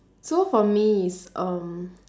so for me it's um